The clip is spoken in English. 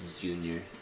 Junior